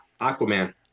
aquaman